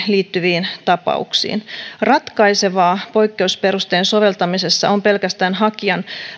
liittyviin tapauksiin ratkaisevaa poikkeusperusteen soveltamisessa on pelkästään hakijan